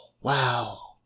wow